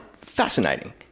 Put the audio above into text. fascinating